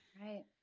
right